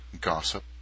gossip